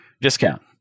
discount